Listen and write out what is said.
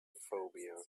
phobia